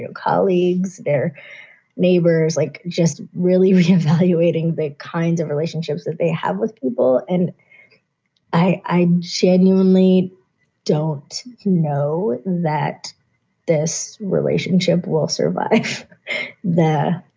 colleagues, their neighbors, like just really re-evaluating the kinds of relationships that they have with people. and i genuinely don't know that this relationship will survive there